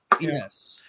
yes